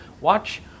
watch